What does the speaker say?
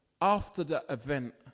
after-the-event